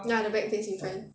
ya the bag place in front